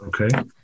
Okay